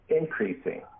increasing